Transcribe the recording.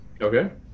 okay